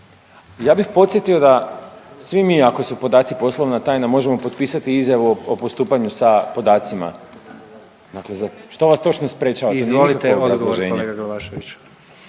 Ja bih podsjetio da svi mi ako su podaci poslovna tajna možemo potpisati izjavu o postupanju sa podacima dakle šta vas točno sprečava …/Govornici govore